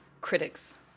critics